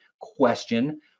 question